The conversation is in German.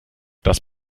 das